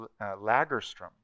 Lagerstrom